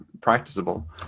practicable